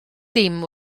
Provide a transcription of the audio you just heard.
dim